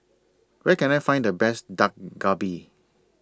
Where Can I Find The Best Dak Galbi